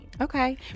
Okay